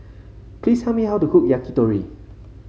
please tell me how to cook Yakitori